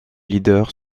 leader